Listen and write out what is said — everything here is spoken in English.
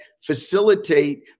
facilitate